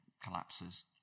collapses